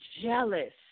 jealous